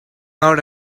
out